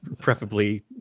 preferably